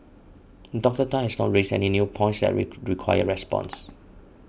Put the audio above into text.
Doctor Tan has not raised any new points that require response